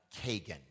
Kagan